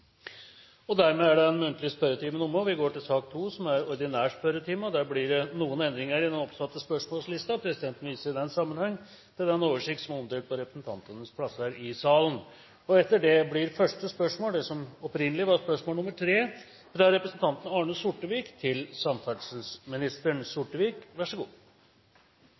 Dermed er den muntlige spørretime omme, og vi går over til den ordinære spørretimen. Det blir noen endringer i den oppsatte spørsmålslisten. Presidenten viser i den sammenheng til den oversikt som er omdelt på representantenes plasser i salen. De foreslåtte endringer foreslås godkjent. – Det anses vedtatt. Endringene var som følger: Spørsmål 1, fra representanten Per Roar Bredvold til